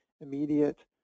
immediate